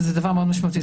וזה דבר מאוד משמעותי.